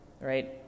Right